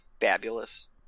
fabulous